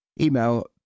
Email